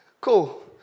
cool